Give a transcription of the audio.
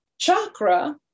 Chakra